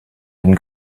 den